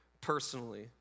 personally